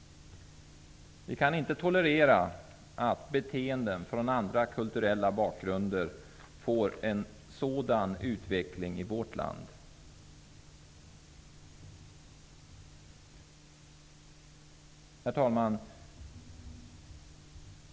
Vi kan inte tolerera att beteenden från andra kulturella bakgrunder får en sådan utveckling i vårt land. Herr talman!